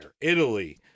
Italy